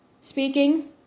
speaking